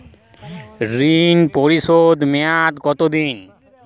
ঋণ পরিশোধের মেয়াদ কত দিন?